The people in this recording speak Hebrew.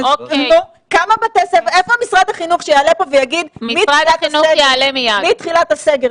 איפה משרד החינוך שיעלה פה ויגיד מתחילת הסגר,